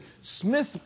Smith